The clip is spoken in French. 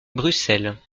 bruxelles